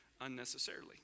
unnecessarily